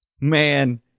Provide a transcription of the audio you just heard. man